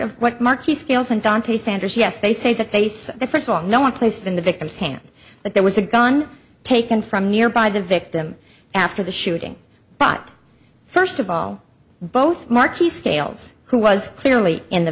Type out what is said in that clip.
of what marquis scales and dante sanders yes they say the case first of all no one placed in the victim's hands but there was a gun taken from nearby the victim after the shooting but first of all both marquis scales who was clearly in the